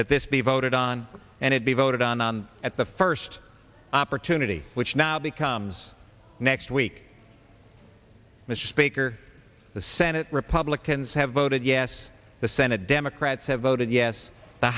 that this be voted on and it be voted on at the first opportunity which now becomes next week misspeak are the senate republicans have voted yes the senate democrats have voted yes the